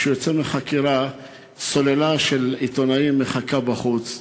וכשהוא יוצא מהחקירה סוללה של עיתונאים מחכה בחוץ.